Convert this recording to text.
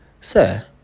Sir